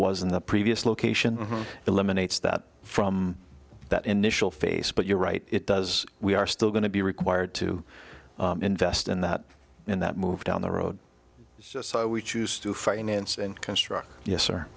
in the previous location eliminates that from that initial face but you're right it does we are still going to be required to invest in that and that move down the road is just so we choose to finance and construct yes